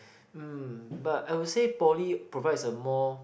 um but I will say poly provides a more